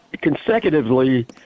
consecutively